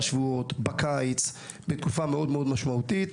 שבועות בקיץ לתקופה מאוד משמעותית.